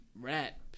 rap